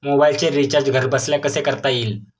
मोबाइलचे रिचार्ज घरबसल्या कसे करता येईल?